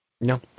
No